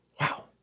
Wow